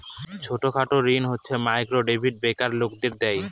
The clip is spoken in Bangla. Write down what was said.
ছোট খাটো ঋণ হচ্ছে মাইক্রো ক্রেডিট বেকার লোকদের দেয়